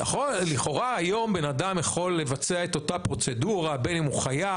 לכאורה היום בן אדם יכול לבצע את אותה פרוצדורה בין אם הוא חייל,